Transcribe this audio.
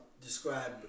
describe